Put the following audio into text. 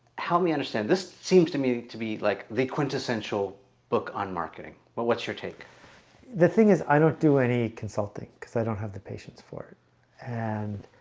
help me understand this seems to me to be like the quintessential book on marketing well, what's your take the thing is i don't do any consulting because i don't have the patience for it and